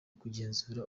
kugenzura